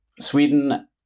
Sweden